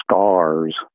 scars